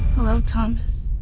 hello, thomas.